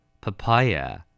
Papaya